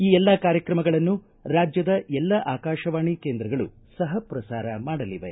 ಈ ಎಲ್ಲಾ ಕಾರ್ಯಕ್ರಮಗಳನ್ನು ರಾಜ್ಬದ ಎಲ್ಲ ಆಕಾಶವಾಣಿ ಕೇಂದ್ರಗಳು ಸಹಪ್ರಸಾರ ಮಾಡಲಿವೆ